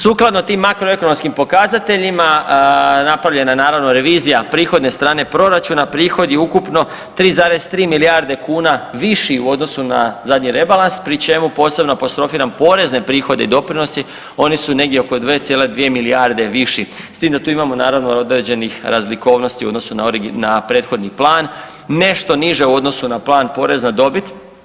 Sukladno tim makro ekonomskim pokazateljima napravljena je naravno revizija prihodne strane proračuna, prihod je ukupno 3,3 milijarde kuna viši u odnosu na zadnji rebalans pri čemu posebno apostrofiram porezne prihode i doprinose, oni su negdje oko 2,2 milijarde viši s tim da tu imamo naravno određenih razlikovnosti u odnosu na prethodni plan, nešto niže u odnosu na plan poreza na dobit.